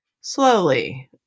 slowly